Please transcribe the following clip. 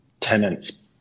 tenants